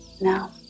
Now